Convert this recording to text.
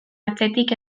atzetik